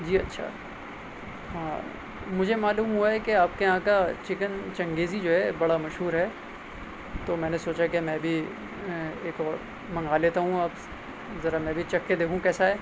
جی اچھا ہاں مجھے معلوم ہوا ہے کہ آپ کے یہاں کا چکن چنگیزی جو ہے بڑا مشہور ہے تو میں نے سوچا کہ میں بھی ایک منگا لیتا ہوں آپ سے ذرا میں بھی چکھ کے دیکھوں کیسا ہے